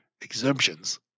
exemptions